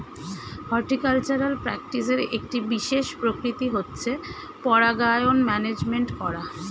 horticultural প্র্যাকটিসের একটি বিশেষ প্রকৃতি হচ্ছে পরাগায়ন ম্যানেজমেন্ট করা